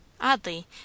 Oddly